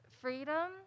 freedom